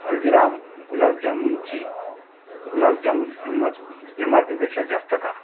हल्दीराम गुलाब जामुनची गुलाब जामुन किंमत एम आर पीपेक्षा जास्त का